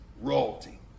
royalty